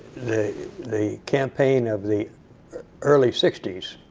the the campaign of the early sixty s